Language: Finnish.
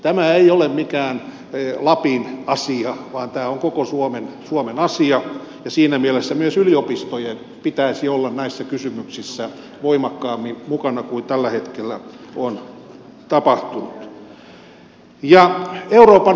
tämä ei ole mikään lapin asia vaan tämä on koko suomen asia ja siinä mielessä myös yliopistojen pitäisi olla näissä kysymyksissä voimakkaammin mukana kuin tällä hetkellä on tapahtunut